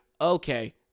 Okay